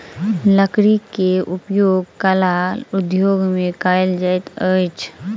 लकड़ी के उपयोग कला उद्योग में कयल जाइत अछि